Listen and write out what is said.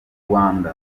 rwanda